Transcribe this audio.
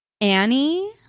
Annie